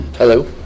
Hello